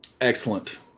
Excellent